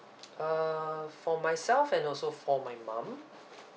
uh for myself and also for my mum